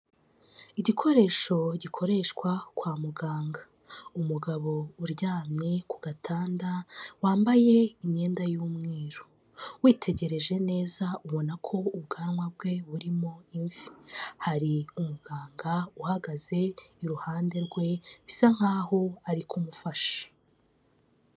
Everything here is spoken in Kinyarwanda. Igikoresho gikoreshwa kwa muganga umugabo uryamye ku gatanda wambaye imyenda y'umweru witegereje neza ubona ko ubwanwa bwe burimo imvi hari umuganga uhagaze iruhande rwe bisa nkaho ari kumufasha.